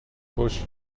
bush